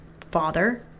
father